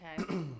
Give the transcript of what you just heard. Okay